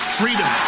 freedom